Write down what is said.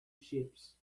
ships